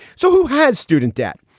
so who had student debt.